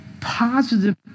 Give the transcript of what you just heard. positive